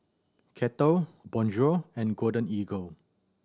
Kettle Bonjour and Golden Eagle